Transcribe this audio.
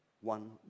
one